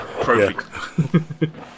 perfect